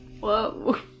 Whoa